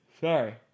sorry